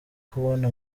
kubona